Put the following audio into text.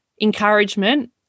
encouragement